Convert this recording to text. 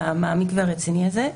המעמיק והרציני הזה.